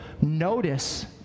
notice